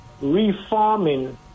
reforming